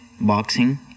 boxing